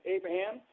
Abraham